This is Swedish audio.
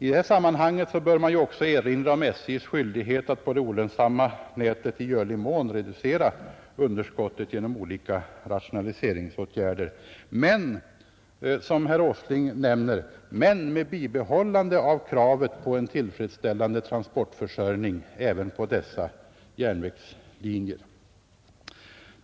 I detta sammanhang bör man också erinra om SJ:s skyldighet att på det olönsamma nätet i görlig mån reducera underskottet genom olika rationaliseringsåtgärder, dock, som herr Åsling nämner, med bibehållande av kravet på en tillfredsställande transportförsörjning även på dessa järnvägslinjer.